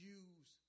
use